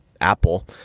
apple